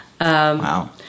Wow